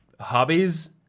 Hobbies